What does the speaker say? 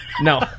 No